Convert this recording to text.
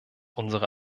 unsere